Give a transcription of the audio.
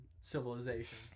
civilization